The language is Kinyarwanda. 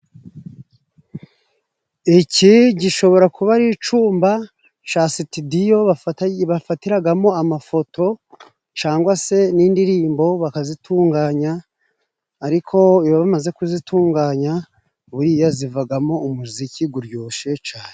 Iki gishobora kuba ari icumba ca situdiyo bafatiragamo amafoto, cangwa se n'indirimbo bakazitunganya, ariko iyo bamaze kuzitunganya buriya zivagamo umuziki guryoshye cane.